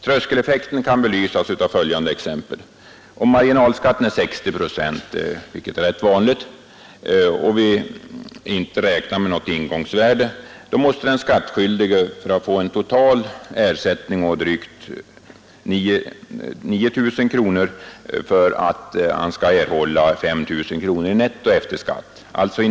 Tröskeleffekten kan belysas med följande exempel: Om marginal skatten är 60 procent, vilket är rätt vanligt, och vi ej räknar med något ingångsvärde måste den skattskyldige få en totalersättning på drygt 9 000 kronor för att erhålla 5 000 kronor i netto efter skatt.